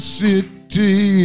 city